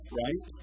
right